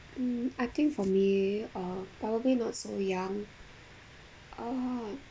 mm I think for me uh probably not so young uh